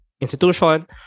institution